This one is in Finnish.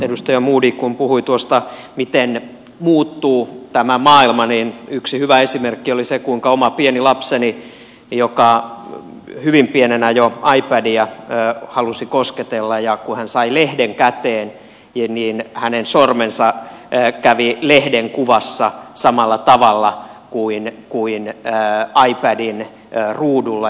edustaja modig kun puhui tuosta miten muuttuu tämä maailma niin yksi hyvä esimerkki oli se kuinka omalla pienellä lapsellani joka hyvin pienenä jo ipadia halusi kosketella kun hän sai lehden käteen sormi kävi lehden kuvassa samalla tavalla kuin ipadin ruudulla